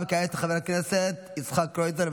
כעת חבר כנסת יצחק קרויזר.